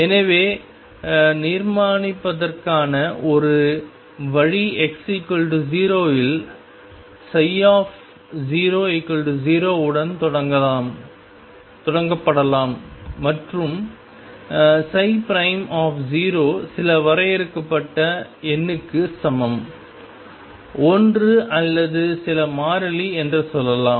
எனவே நிர்மாணிப்பதற்கான ஒரு வழி x 0 இல் 00 உடன் தொடங்கப்படலாம் மற்றும் சில வரையறுக்கப்பட்ட எண்ணுக்கு சமம் 1 அல்லது சில மாறிலி என்று சொல்லலாம்